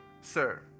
Sir